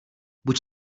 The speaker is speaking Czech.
buď